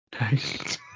Nice